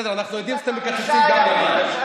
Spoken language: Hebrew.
בסדר, אנחנו יודעים שאתם מקצצים, חמישה ימים בשנה.